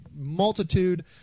multitude